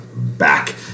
back